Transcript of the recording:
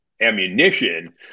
ammunition